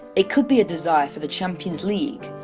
it could be a desire for the champions league,